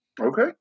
Okay